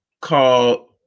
called